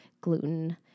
gluten